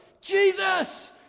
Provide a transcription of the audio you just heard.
Jesus